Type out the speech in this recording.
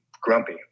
grumpy